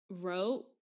wrote